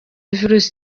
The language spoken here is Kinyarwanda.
virusi